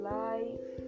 life